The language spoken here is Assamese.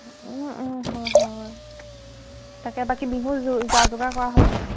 হয় হয় তাকে বাকী বিহু যা যোগাৰ কৰা হৈছে